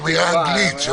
אנגלית.